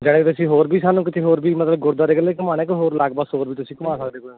ਯਾਨੀ ਤੁਸੀਂ ਹੋਰ ਵੀ ਸਾਨੂੰ ਕਿਤੇ ਹੋਰ ਵੀ ਮਤਲਬ ਗੁਰਦੁਆਰੇ ਕੰਨੀ ਘੁੰਮਾਉਣਾ ਕਿ ਹੋਰ ਲਾਗ ਪਾਸ ਹੋਰ ਵੀ ਤੁਸੀਂ ਘੁੰਮਾ ਸਕਦੇ ਤੁਸੀਂ ਸਾਨੂੰ